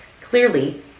clearly